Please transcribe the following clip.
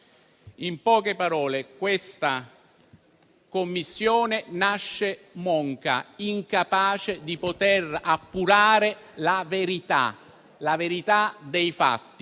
In poche parole, questa Commissione nasce monca, incapace di appurare la verità dei fatti